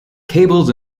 cables